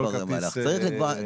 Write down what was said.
לגבי זה צריך לשמוע.